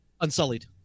unsullied